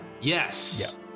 Yes